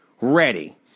ready